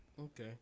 Okay